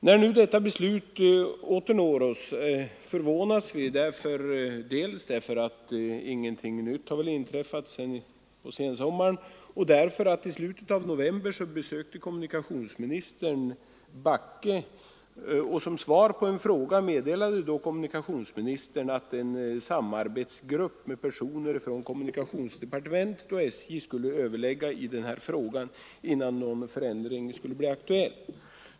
När nu detta beslut åter når oss förvånas vi, dels därför att ingenting nytt väl har inträffat sedan sensommaren som motiverar en ändring, dels därför att kommunikationsministern i slutet av november besökte Backe och då som svar på en fråga meddelade att en samarbetsgrupp med personer från kommunikationsdepartementet och SJ skulle överlägga i den här frågan innan någon förändring skulle bli aktuell.